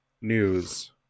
News